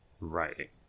Right